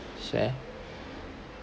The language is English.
share